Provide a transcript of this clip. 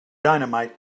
dynamite